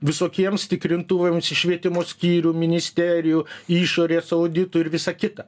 visokiems tikrintuvams iš švietimo skyrių ministerijų išorės auditų ir visa kita